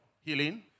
healing